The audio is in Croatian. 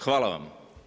Hvala vam.